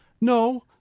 No